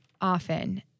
often